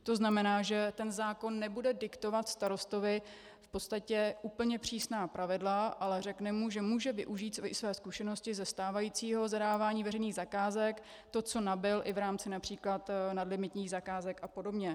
To znamená, že ten zákon nebude diktovat starostovi v podstatě úplně přísná pravidla, ale řekne mu, že může využít i své zkušenosti ze stávajícího zadávání veřejných zakázek, to, co nabyl i v rámci například nadlimitních zakázek a podobně.